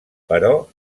però